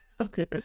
Okay